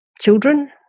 children